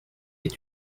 est